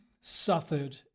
suffered